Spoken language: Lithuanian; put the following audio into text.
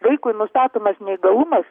vaikui nustatomas neįgalumas